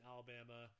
Alabama